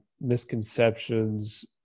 misconceptions